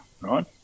right